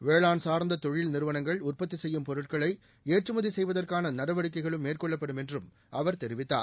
வேளாண் சார்ந்த தொழில் நிறுவனங்கள் உற்பத்தி செய்யும் பொருட்களை ஏற்றுமதி செய்வதற்கான நடவடிக்கைகளும் மேற்கொள்ளப்படும் என்றும் அவர் தெரிவித்தார்